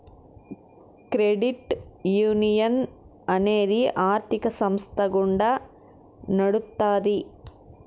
credit union అనేది ఆర్థిక సంస్థ గుండా నడుత్తాది